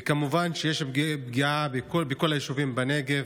וכמובן שיש פגיעה בכל היישובים בנגב,